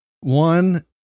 One